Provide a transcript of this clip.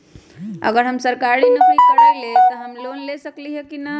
अगर हम सरकारी नौकरी करईले त हम लोन ले सकेली की न?